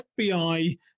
FBI